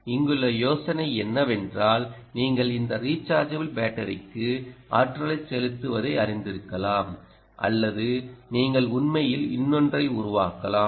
இங்குள்ள யோசனை என்னவென்றால் நீங்கள் இந்த ரிச்சார்ஜபிள் பேட்டரிக்கு ஆற்றலை செலுத்துவதை அறிந்திருக்கலாம் அல்லது நீங்கள் உண்மையில் இன்னொன்றை உருவாக்கலாம்